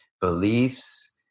beliefs